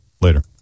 later